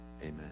amen